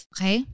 Okay